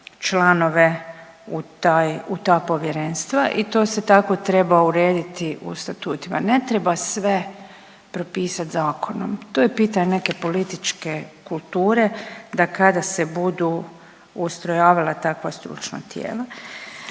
članove u ta povjerenstva i to se tako treba urediti u statutima. Ne treba sve propisati zakonom, to je pitanje neke političke kulture da kada se budu ustrojavala takva stručna tijela